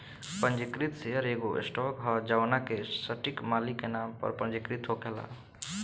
पंजीकृत शेयर एगो स्टॉक ह जवना के सटीक मालिक के नाम पर पंजीकृत होखेला